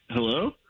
Hello